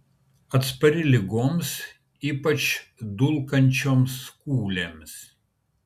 atspari ligoms ypač dulkančioms kūlėms